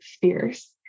fierce